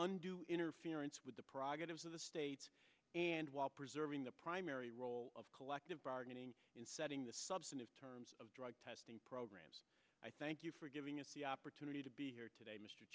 an interference with the progressives of the state and while preserving the primary role of collective bargaining in setting the substantive terms of drug testing programs i thank you for giving us the opportunity to be here today m